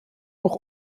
auch